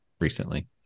recently